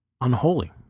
unholy